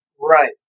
Right